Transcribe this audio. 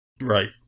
Right